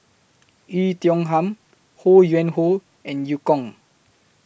Oei Tiong Ham Ho Yuen Hoe and EU Kong